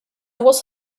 was